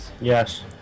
yes